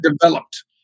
developed